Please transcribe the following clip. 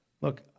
Look